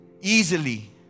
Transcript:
easily